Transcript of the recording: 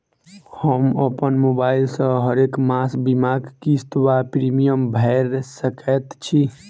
हम अप्पन मोबाइल सँ हरेक मास बीमाक किस्त वा प्रिमियम भैर सकैत छी?